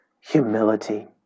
humility